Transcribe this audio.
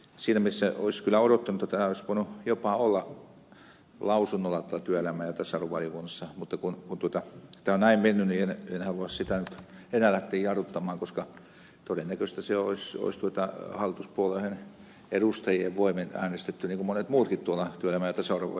siinä mielessä olisi kyllä odottanut että tämä olisi voinut jopa olla lausunnolla työelämä ja tasa arvovaliokunnassa mutta kun tämä on näin mennyt niin en halua sitä nyt enää lähteä jarruttamaan koska todennäköisesti se olisi hallituspuolueiden edustajien voimin äänestetty niin kuin monet muutkin tuolla työelämä ja tasa arvovaliokunnassa